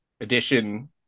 edition